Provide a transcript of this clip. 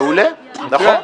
מעולה, נכון.